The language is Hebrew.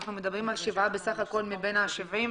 אנחנו מדברים על שבע רשויות מבין ה-70?